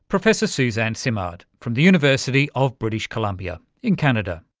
professor suzanne simard from the university of british columbia in canada.